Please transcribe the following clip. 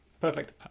perfect